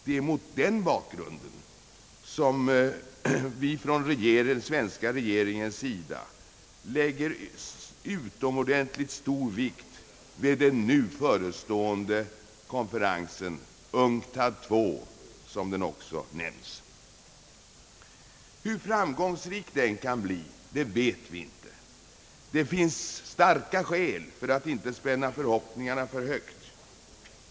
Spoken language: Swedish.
Det är mot den bakgrunden som den svenska regeringen lägger utomordentligt stor vikt vid den nu förestående konferensen — UNCTAD II, som den också kallas. Hur framgångsrik den kan bli vet vi inte. Det finns starka skäl att inte ställa förhoppningarna för högt.